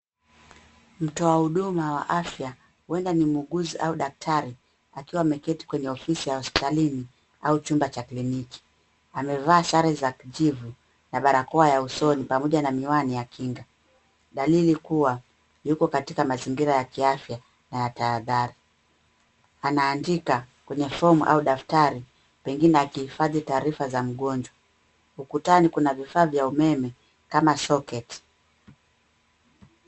Mtoa huduma wa afya, huenda ni muuguzi au daktari akiwa ameketi kwenye ofisi ya hospitalini au chumba cha kliniki. Amevaa sare za kijivu na barakoa ya usoni pamoja na miwani ya kinga, dalili kuwa yuko katika mazingira ya kiafya na tahadhari. Anaandika kwenye fomu au daftari, pengine akihifadhi taarifa za mgonjwa. Ukutani kuna vifaa vya umeme kama socket .